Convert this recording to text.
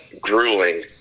grueling